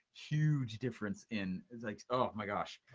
huge difference in insights. oh my gosh!